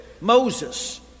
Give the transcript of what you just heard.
Moses